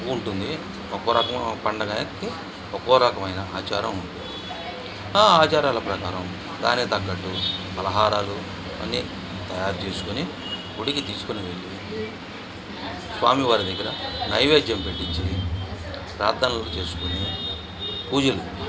ఉంటుంది ఒకొక్క రకం పండుగ అనేది ఒకొక్కో రకమైన ఆచారం ఉంటుంది ఆ ఆచారాల ప్రకారం దానికి తగ్గట్టు పలహారాలు అని తయారు చేసుకొని గుడికి తీసుకొని వెళ్ళి స్వామి వారి దగ్గర నైవేధ్యం పెట్టి ప్రార్థనలు చేసుకోని పూజలు